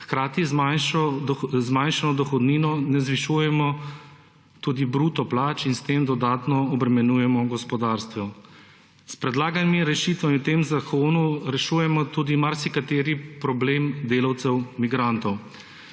hkrati z zmanjšano dohodnino ne zvišujemo bruto plač in s tem dodatno obremenjujemo gospodarstva. S predlaganimi rešitvami v tem zakonu rešujemo tudi marsikateri problem delavcev migrantov.